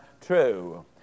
true